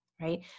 right